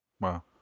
Wow